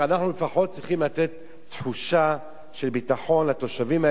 אנחנו לפחות צריכים לתת תחושה של ביטחון לתושבים האלה.